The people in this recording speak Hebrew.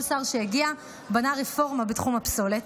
כל שר שהגיע בנה רפורמה בתחום הפסולת,